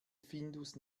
findus